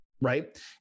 right